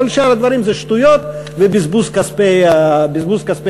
כל שאר הדברים זה שטויות ובזבוז כספי המדינה.